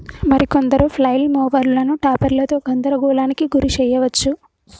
మరి కొందరు ఫ్లైల్ మోవరులను టాపెర్లతో గందరగోళానికి గురి శెయ్యవచ్చు